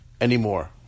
anymore